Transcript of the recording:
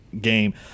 game